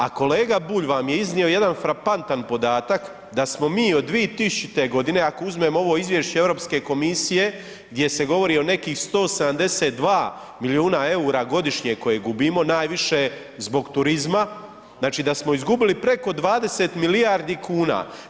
A kolega Bulj vam je iznio jedan frapantan podatak da smo mi od 2000. godine, ako uzmemo ovo izvješće Europske komisije gdje se govori o nekih 172 milijuna eura godišnje koje gubimo, najviše zbog turizma, znači da smo izgubili preko 20 milijardi kuna.